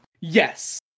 Yes